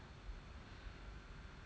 like your last last class